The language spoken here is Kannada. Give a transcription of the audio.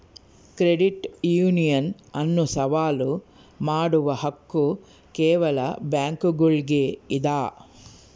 ಕ್ರೆಡಿಟ್ ಯೂನಿಯನ್ ಅನ್ನು ಸವಾಲು ಮಾಡುವ ಹಕ್ಕು ಕೇವಲ ಬ್ಯಾಂಕುಗುಳ್ಗೆ ಇದ